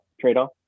trade-off